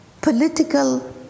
political